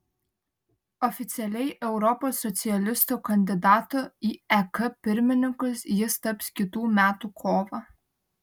oficialiai europos socialistų kandidatu į ek pirmininkus jis taps kitų metų kovą